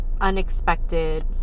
unexpected